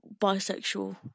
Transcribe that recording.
bisexual